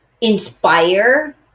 inspire